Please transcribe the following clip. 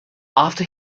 after